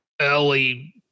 early